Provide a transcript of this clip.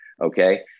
okay